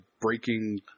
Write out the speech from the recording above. breaking